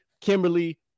Kimberly